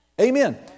Amen